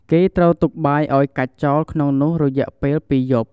គេត្រូវទុកបាយឲ្យកាច់ចោលក្នុងនោះរយៈពេល២យប់។